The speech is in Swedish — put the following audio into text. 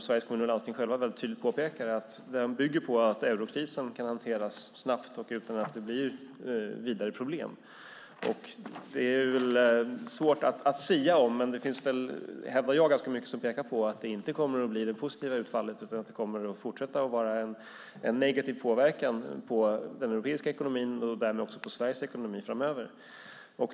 Sveriges Kommuner och Lansting påpekar själva tydligt att de bygger på att eurokrisen kan hanteras snabbt och utan att det blir vidare problem. Det är svårt att sia om, men det finns, hävdar jag, ganska mycket som pekar på att det inte kommer att bli det här positiva utfallet utan att det kommer att fortsätta att vara en negativ påverkan på den europeiska ekonomin och därmed också på Sveriges ekonomi framöver.